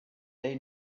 they